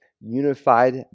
unified